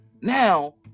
now